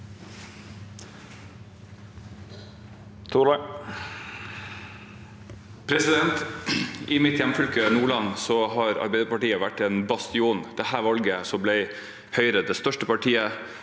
I mitt hjem- fylke, Nordland, har Arbeiderpartiet vært en bastion. I dette valget ble Høyre det største partiet